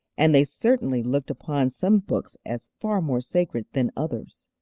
and they certainly looked upon some books as far more sacred than others.